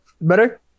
Better